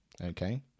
Okay